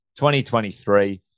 2023